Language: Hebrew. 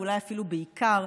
ואולי אפילו בעיקר,